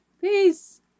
Peace